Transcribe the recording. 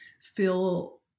feel